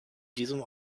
diesem